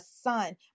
son